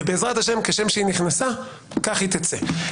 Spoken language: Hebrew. ובעז"ה כשם שנכנסה - כך היא תצא.